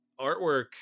artwork